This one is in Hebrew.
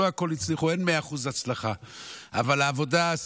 לא הכול הצליחו,